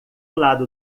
lado